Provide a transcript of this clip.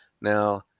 now